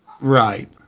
right